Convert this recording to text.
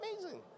Amazing